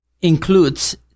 includes